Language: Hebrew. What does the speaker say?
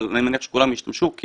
אבל אני מניח שכולם ישתמשו כי